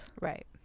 right